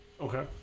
okay